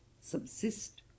subsist